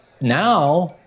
now